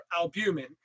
albumin